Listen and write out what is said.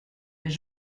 mais